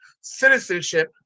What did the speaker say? citizenship